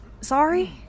Sorry